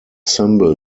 symbol